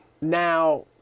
Now